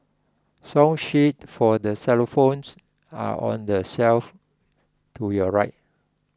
song sheets for the xylophones are on the shelf to your right